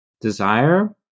desire